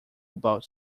about